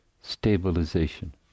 stabilization